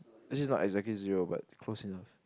actually it's not exactly zero but close enough